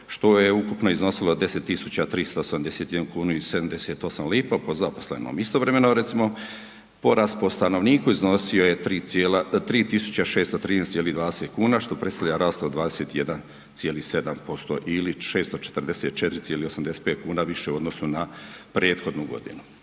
što je ukupno iznosilo 10 tisuća 381 kunu i 78 lipa po zaposlenom. Istovremeno je recimo porast po stanovniku iznosio je 3 tisuće 613,20 kuna što predstavlja rast od 21,7% ili 644,85 kuna više u odnosu na prethodnu godinu.